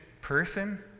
person